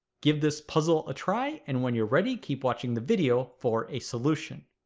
give this puzzle a try, and when you're ready, keep watching the video for a solution